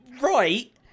right